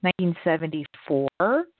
1974